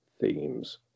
themes